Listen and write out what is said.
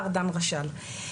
דן רשל.